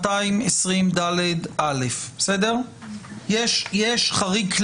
אנחנו נחזור בשעה 20:10. לא כדאי להשאיר את זה